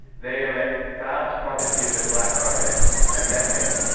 they emit vast quantities of black carbon and methane.